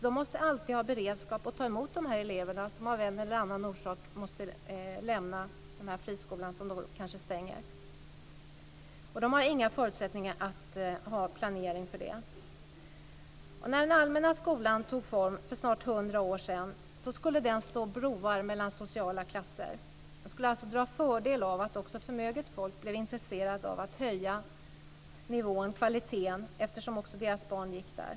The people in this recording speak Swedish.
De måste alltid ha beredskap att ta emot de här eleverna som av en eller annan orsak måste lämna de friskolor som kanske stänger. De har inga förutsättningar att ha planering för det. När den allmänna skolan tog form för snart 100 år sedan skulle den slå broar mellan sociala klasser. Man skulle alltså dra fördel av att också förmöget folk blev intresserade av att höja nivån, kvaliteten, eftersom också deras barn gick där.